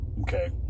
okay